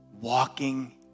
walking